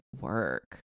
work